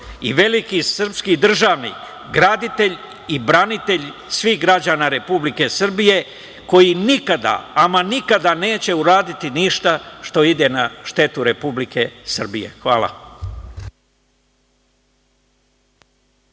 i veliki srpski državnik, graditelj i branitelj svih građana Republike Srbije, koji nikada neće uraditi ništa što ide na štetu Republike Srbije. Hvala.